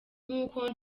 nk’uko